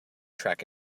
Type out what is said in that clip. truck